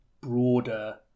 broader